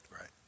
Right